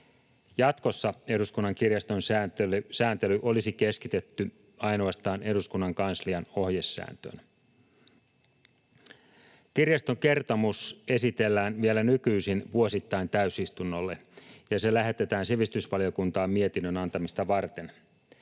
Jatkossa Eduskunnan kirjaston sääntely olisi keskitetty ainoastaan eduskunnan kanslian ohjesääntöön. Kirjaston kertomus esitellään vielä nykyisin vuosittain täysistunnolle, ja se lähetetään sivistysvaliokuntaan mietinnön antamista varten.